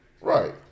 right